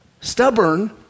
Stubborn